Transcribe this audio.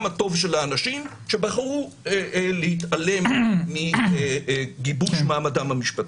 הטוב של האנשים שבחרו להתעלם מגיבוש מעמדם המשפטי.